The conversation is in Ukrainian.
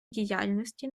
діяльності